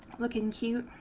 looking to